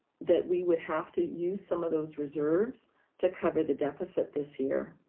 that we would have to use some of those reserves to cover the deficit this year.